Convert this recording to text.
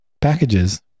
packages